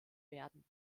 werden